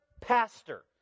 pastor